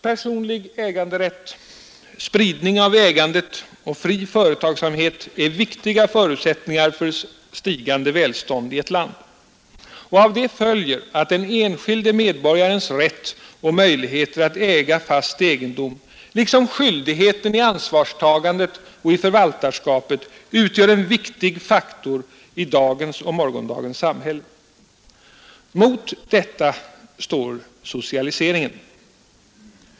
Personlig äganderätt, spridning av ägandet och fri företagsamhet är viktiga förutsättningar för stigande välstånd i ett land. Av detta följer att den enskilde medborgarens rätt och möjligheter att äga fast egendom liksom skyldigheten i ansvarstagandet och förvaltarskapet utgör en viktig faktor i dagens och morgondagens samhälle. Mot detta står socialiseringen.